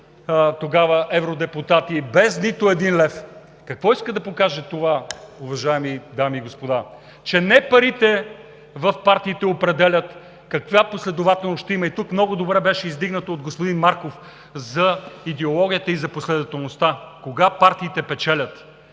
и за евродепутати, без нито един лев! Какво иска да покаже това, уважаеми дами и господа? Че не парите в партиите определят каква последователност ще има. Тук много добре беше казано от господин Марков за идеологията и последователността – кога партиите печелят.